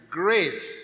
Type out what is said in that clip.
grace